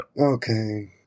okay